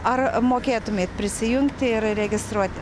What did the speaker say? ar mokėtumėte prisijungti ir registruoti